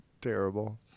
terrible